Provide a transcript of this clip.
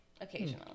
Occasionally